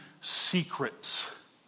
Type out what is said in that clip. secrets